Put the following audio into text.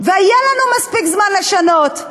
והיה לנו מספיק זמן לשנות.